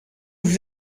vous